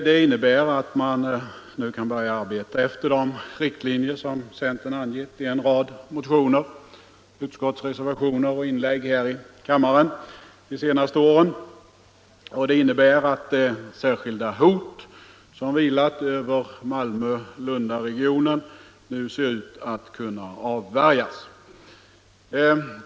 Det innebär att man nu kan börja arbeta efter de riktlinjer som centern angivit i en rad motioner, utskottsreservationer och inlägg här i kammaren de senaste åren, och det innebär att det särskilda hot som vilat över Malmö-Lund-regionen nu ser ut att kunna avvärjas.